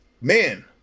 man